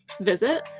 visit